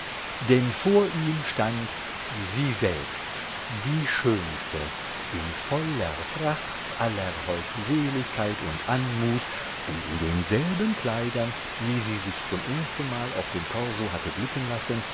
denn vor ihm stand sie selbst die schönste in voller pracht aller holdseligkeit und anmut und in denselben kleidern wie sie sich zum erstenmal auf dem korso hatte blicken lassen